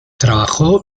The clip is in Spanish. trabajó